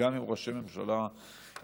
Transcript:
גם עם ראשי ממשלה קודמים,